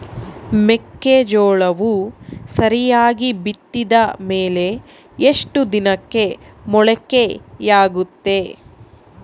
ಮೆಕ್ಕೆಜೋಳವು ಸರಿಯಾಗಿ ಬಿತ್ತಿದ ಮೇಲೆ ಎಷ್ಟು ದಿನಕ್ಕೆ ಮೊಳಕೆಯಾಗುತ್ತೆ?